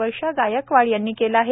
वर्षा गायकवाड यांनी केले आहे